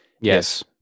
Yes